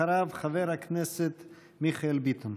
אחריו, חבר הכנסת מיכאל ביטון.